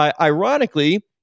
ironically